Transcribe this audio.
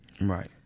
Right